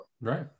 right